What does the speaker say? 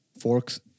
Forks